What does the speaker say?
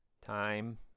time